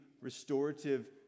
Restorative